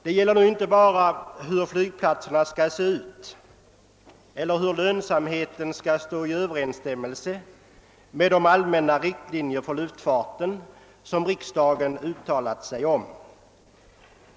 Det gäller inte bara hur flygplatserna skall se ut eller hur lönsamheten skall bringas i överensstämmelse med de riktlinjer för luftfarten som riksdagen givit.